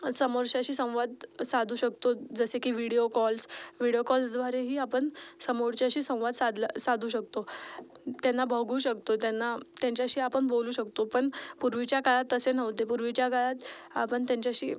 समोरच्याशी संवाद साधू शकतो जसे की विडीओ कॉल्स विडीओ कॉल्सद्वारेही आपण समोरच्याशी संवाद साधला साधू शकतो त्यांना बघू शकतो त्यांना त्यांच्याशी आपण बोलू शकतो पण पूर्वीच्या काळात तसे नव्हते पूर्वीच्या काळात आपण त्यांच्याशी